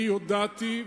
אני הודעתי,